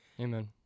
Amen